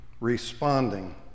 responding